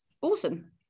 awesome